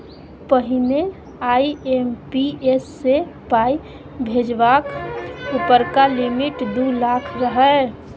पहिने आइ.एम.पी.एस सँ पाइ भेजबाक उपरका लिमिट दु लाख रहय